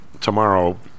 tomorrow